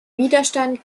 widerstand